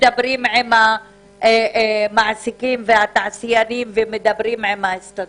מדברים עם המעסיקים והתעשיינים ומדברים עם ההסתדרות.